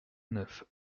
neuf